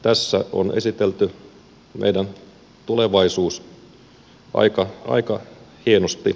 tässä on esitelty meidän tulevaisuus aika hienosti